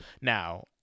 now